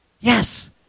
Yes